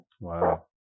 Wow